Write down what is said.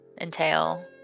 entail